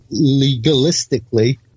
legalistically